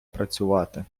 працювати